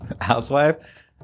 housewife